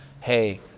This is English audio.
Hey